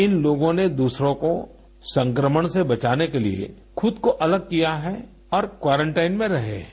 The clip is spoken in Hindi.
इन लोगों ने दूसरों को संक्रमण से बचाने के लिए खुद को अलग किया है और क्वारेंटाइन में रहे हैं